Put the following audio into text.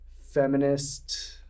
feminist